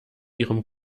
ihrem